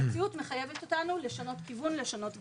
המציאות מחייבת אותנו לשנות כיוון, לשנות גישה.